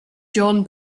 john